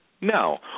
No